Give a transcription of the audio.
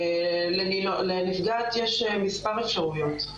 לנפגעת יש מספר אפשרויות.